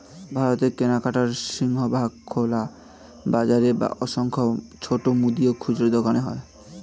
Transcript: ভারতে কেনাকাটার সিংহভাগ খোলা বাজারে বা অসংখ্য ছোট মুদি ও খুচরো দোকানে হয়